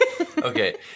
Okay